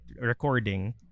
recording